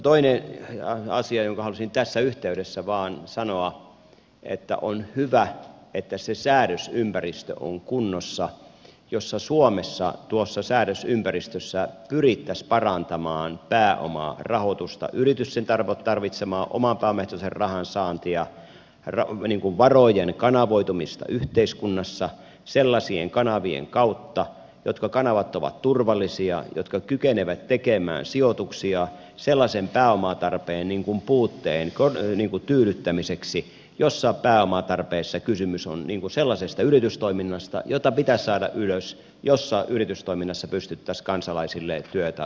toinen asia jonka halusin tässä yhteydessä vain sanoa on että on hyvä että se säädösympäristö on kunnossa jossa suomessa pyrittäisiin parantamaan pääomarahoitusta yritysten tarvitsemaa oman pääoman ehtoisen rahan saantia varojen kanavoitumista yhteiskunnassa sellaisten kanavien kautta jotka ovat turvallisia jotka kykenevät tekemään sijoituksia sellaisen pääomatarpeen puutteen tyydyttämiseksi jossa pääomatarpeessa kysymys on sellaisesta yritystoiminnasta jota pitäisi saada ylös ja jossa pystyttäisiin kansalaisille työtä tarjoamaan